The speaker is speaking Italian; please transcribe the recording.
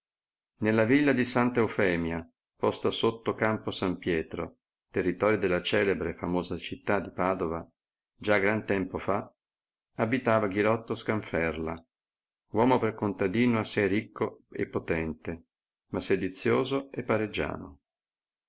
nella villa di santa eufemia posta sotto campo san pietro territorio della celebre e famosa città di padova già gran tempo fa abitava ghirotto scanfeita uomo per contadino assai ricco e potente ma sedizioso e pareggiano